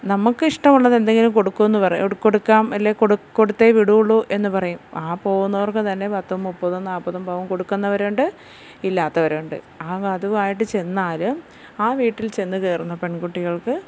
നമുക്ക് ഇഷ്ടമുള്ളതെന്തെങ്കിലും കൊടുക്കൂ എന്ന് പറയും കൊടുക്കാം അല്ലേ കൊടുത്തേ വിടുകയുള്ളു എന്ന് പറയും ആ പോകുന്നവർക്ക് തന്നെ പത്തും മുപ്പതും നാപ്പതും പവൻ കൊടുക്കുന്നവരുണ്ട് ഇല്ലാത്തവരുണ്ട് ആ അതുവായിട്ട് ചെന്നാലും ആ വീട്ടിൽ ചെന്ന് കയറുന്ന പെൺകുട്ടികൾക്ക്